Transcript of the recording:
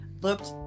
looked